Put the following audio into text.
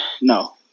no